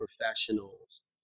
professionals